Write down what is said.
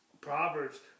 Proverbs